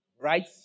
right